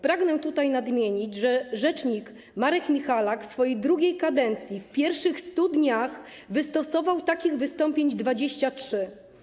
Pragnę tutaj nadmienić, że rzecznik Marek Michalak w swojej drugiej kadencji w pierwszych 100 dniach wystosował takich wystąpień 23.